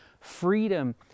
freedom